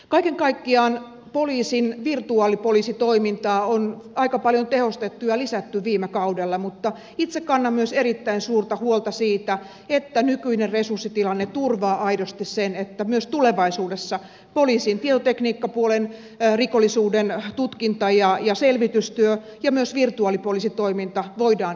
kaiken kaikkiaan poliisin virtuaalipoliisitoimintaa on aika paljon tehostettu ja lisätty viime kaudella mutta itse kannan myös erittäin suurta huolta siitä että nykyinen resurssitilanne turvaa aidosti sen että myös tulevaisuudessa poliisin tietotekniikkapuolen rikollisuuden tutkinta ja selvitystyö ja myös virtuaalipoliisitoiminta voidaan ylläpitää